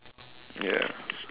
ya